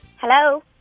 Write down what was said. Hello